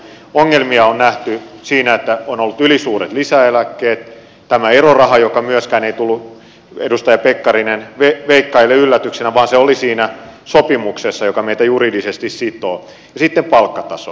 ongelmia on nähty siinä että on ollut ylisuuret lisäeläkkeet tämä eroraha joka myöskään ei tullut edustaja pekkarinen veikkaajille yllätyksenä vaan se oli siinä sopimuksessa joka meitä juridisesti sitoo ja sitten palkkataso